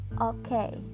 Okay